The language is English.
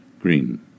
Green